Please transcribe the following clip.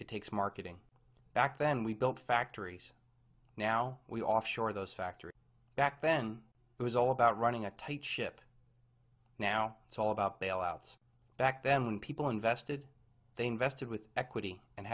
it takes marketing back then we built factories now we offshore those factories back then it was all about running a tight ship now it's all about bailouts back then when people invested they invested with equity and